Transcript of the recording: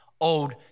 Old